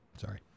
Sorry